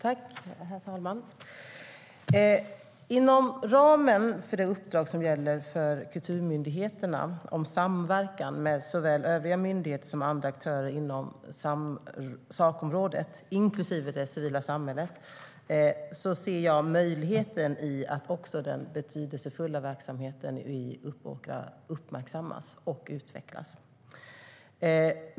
Herr talman! Inom ramen för det uppdrag som gäller för kulturmyndigheterna när det gäller samverkan med såväl övriga myndigheter som med andra aktörer inom sakområdet, inklusive det civila samhället, ser jag möjligheten i att också den betydelsefulla verksamheten i Uppåkra uppmärksammas och utvecklas.